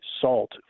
salt